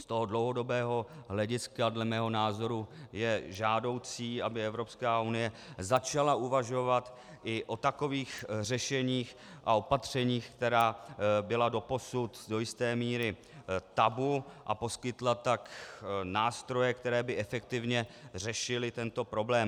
Z toho dlouhodobého hlediska dle mého názoru je žádoucí, aby Evropská unie začala uvažovat i o takových řešeních a opatřeních, která byla doposud do jisté míry tabu, a poskytla tak nástroje, které by efektivně řešily tento problém.